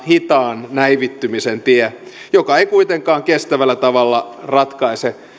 hitaan näivettymisen tie joka ei kuitenkaan kestävällä tavalla ratkaise